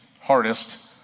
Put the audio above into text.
hardest